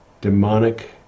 demonic